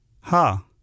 Ha